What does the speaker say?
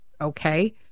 Okay